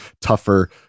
Tougher